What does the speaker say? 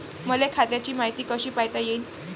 मले खात्याची मायती कशी पायता येईन?